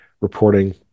reporting